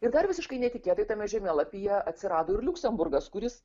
ir dar visiškai netikėtai tame žemėlapyje atsirado ir liuksemburgas kuris